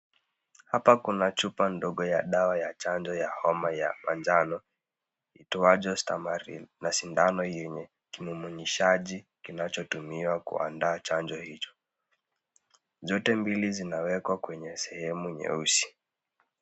Hapa kuna chupa ndogo ya dawa ya chanjo ya homa ya manjano iitwayo stamaril. Na sindano yenye kimumunyishaji kinachotumiwa kuandaa chanjo hicho. Zote mbili zinawekwa kwenye sehemu nyeusi.